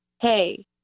hey